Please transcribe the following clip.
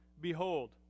Behold